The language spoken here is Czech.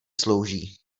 slouží